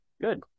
good